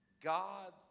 God